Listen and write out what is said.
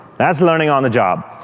that's learning on the job.